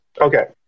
Okay